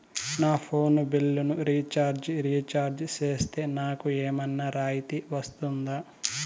నా ఫోను బిల్లును recharge recharge సేస్తే, నాకు ఏమన్నా రాయితీ వస్తుందా?